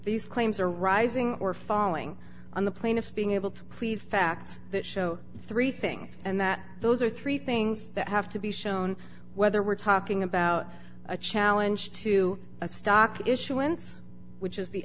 these claims are rising or falling on the plaintiffs being able to plead facts that show three things and that those are three things that have to be shown whether we're talking about a challenge to a stock issuance which is the